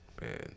man